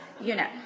unit